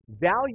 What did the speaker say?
value